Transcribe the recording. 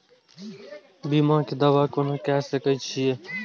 बीमा के दावा कोना के सके छिऐ?